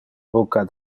bucca